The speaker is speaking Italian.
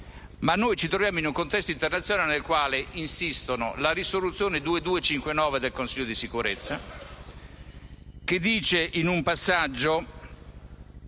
Ma noi ci troviamo in un contesto internazionale nel quale insistono la risoluzione n. 2259 del Consiglio di sicurezza dell'ONU, che in un passaggio